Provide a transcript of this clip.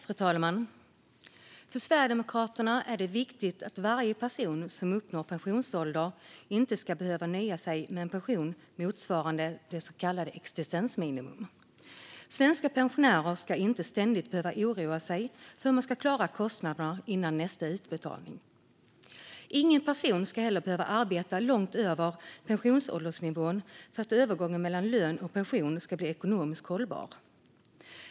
Fru talman! För Sverigedemokraterna är det viktigt att varje person som uppnår pensionsålder inte ska behöva nöja sig med en pension motsvarande det så kallade existensminimum. Svenska pensionärer ska inte ständigt behöva oroa sig för hur de ska klara kostnaderna fram till nästa utbetalning. Ingen person ska heller behöva arbeta långt över pensionsåldersnivå för att övergången mellan lön och pension ska bli ekonomiskt hållbar.